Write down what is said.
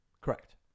Correct